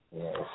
Yes